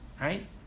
right